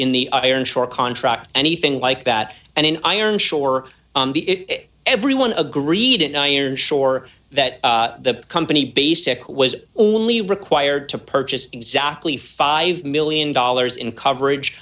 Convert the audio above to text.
in the iron shore contract anything like that and an iron shore it everyone agreed in iron shore that the company basic was only required to purchase exactly five million dollars in coverage